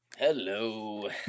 Hello